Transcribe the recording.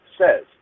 says